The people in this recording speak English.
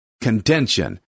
contention